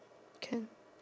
can